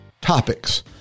topics